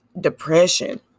depression